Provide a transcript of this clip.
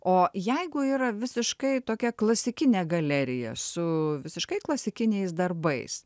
o jeigu yra visiškai tokia klasikinė galerija su visiškai klasikiniais darbais